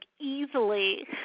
easily